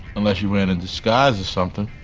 unless you're wearing a and disguise or something.